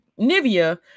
nivia